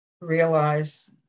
realize